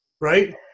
right